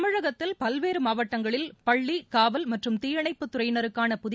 தமிழகத்தில் பல்வேறு மாவட்டங்களில் பள்ளி காவல் மற்றும் தீயணைப்புத் துறையினருக்கான புதிய